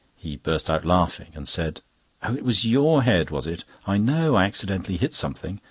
he burst out laughing, and said oh, it was your head, was it? i know i accidentally hit something,